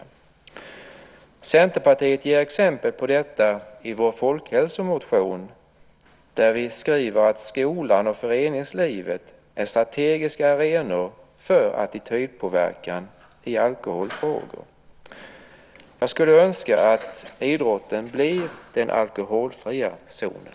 Vi i Centerpartiet ger exempel på detta i vår folkhälsomotion. Där skriver vi att skolan och föreningslivet är strategiska arenor för attitydpåverkan i alkoholfrågor. Jag skulle önska att idrotten blir den alkoholfria zonen.